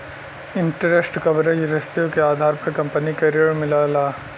interest coverage ratio के आधार पर कंपनी के ऋण मिलला